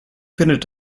findet